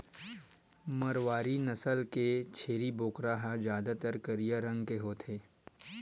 मारवारी नसल के छेरी बोकरा ह जादातर करिया रंग के होथे